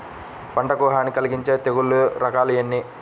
పంటకు హాని కలిగించే తెగుళ్ల రకాలు ఎన్ని?